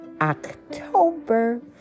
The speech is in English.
October